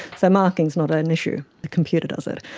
so marking is not an issue, the computer does it,